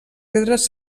pedres